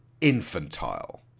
infantile